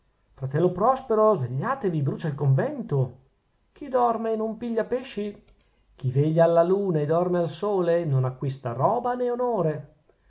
fratello prospero svegliatevi brucia il convento chi dorme non piglia pesci chi veglia alla luna e dorme al sole non acquista roba nè onore